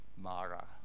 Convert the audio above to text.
mara